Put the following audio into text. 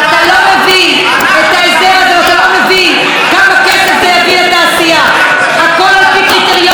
לא היה דבר כזה שלשרה יש שיקול דעת שהיא נותנת כסף למפיקים פרטיים.